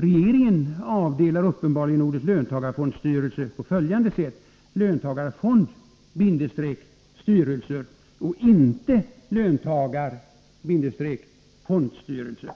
Regeringen avdelar uppenbarligen ordet löntagarfondsstyrelser på följande sätt: löntagarfondstyrelser och inte löntagar-fondstyrelse.